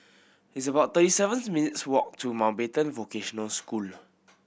it's about thirty seven minutes' walk to Mountbatten Vocational School